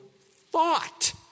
thought